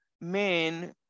men